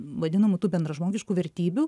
vadinamų tų bendražmogiškų vertybių